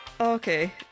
Okay